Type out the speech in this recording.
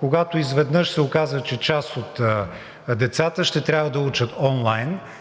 когато изведнъж се оказа, че част от децата ще трябва да учат онлайн.